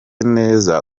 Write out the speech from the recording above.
neza